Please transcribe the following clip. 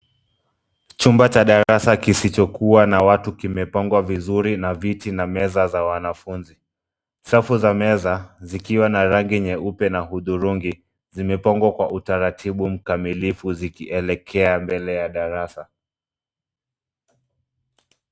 Chumba cha darasa kisichokuwa na watu kimepangwa vizuri na vitu na meza za wanafunzi. Safu za meza zikiwa na rangi nyeupe na hudhurungi zimepangwa kwa utaratibu mkamilifu zikielekea mbele ya darasa.